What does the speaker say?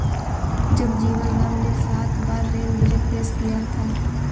जगजीवन राम ने सात बार रेल बजट पेश किया था